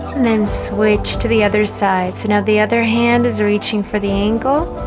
and then switch to the other side so now the other hand is reaching for the angle